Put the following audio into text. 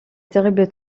terrible